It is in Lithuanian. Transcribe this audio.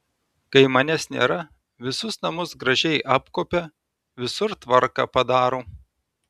kai manęs nėra visus namus gražiai apkuopia visur tvarką padaro